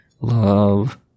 love